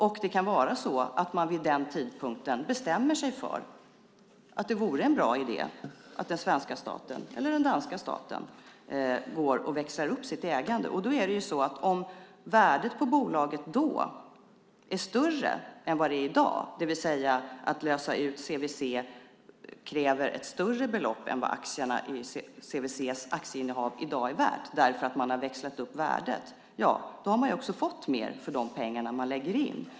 Och det kan vara så att man vid den tidpunkten bestämmer sig för att det vore en bra idé att den svenska staten eller den danska staten växlar upp sitt ägande. Om värdet på bolaget då är större än vad det är i dag, det vill säga att det kräver ett större belopp att lösa ut CVC än vad CVC:s aktieinnehav i dag är värt därför att man har växlat upp värdet, då har man också fått mer för de pengar som man har lagt in.